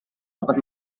dapat